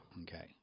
Okay